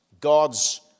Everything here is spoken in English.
God's